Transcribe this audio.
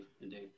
indeed